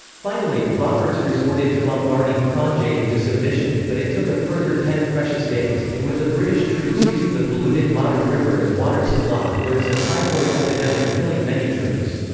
finally, roberts resorted to bombarding cronje into submission, but it took a further ten precious days, and with the british troops using the polluted modder river as water supply, there was a typhoid epidemic killing many troops.